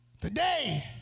Today